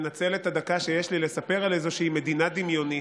אני רוצה לנצל את הדקה שיש לי ולספר על איזושהי מדינה דמיונית,